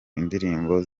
indirimbo